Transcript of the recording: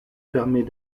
permet